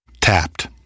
Tapped